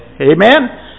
Amen